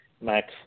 Max